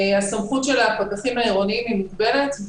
הסמכות של הפקחים העירוניים מוגבלת.